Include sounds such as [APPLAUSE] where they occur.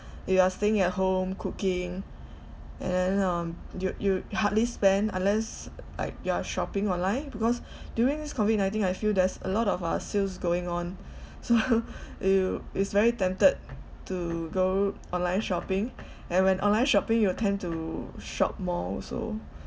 you are staying at home cooking and then um you you hardly spend unless like you are shopping online because during this COVID nineteen I feel there's a lot of uh sales going on so [LAUGHS] you it's very tempted to go online shopping and when online shopping you will tend to shop more also